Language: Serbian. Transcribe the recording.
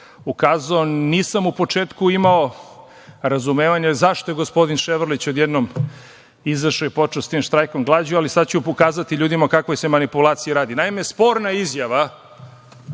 ukazao. Nisam u početku imao razumevanje zašto je gospodin Ševarlić odjednom izašao i počeo sa tim štrajkom glađu, ali sada ću pokazati ljudima o kakvoj se manipulaciji radi. Naime, sporna izjava,